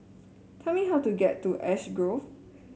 please tell me how to get to Ash Grove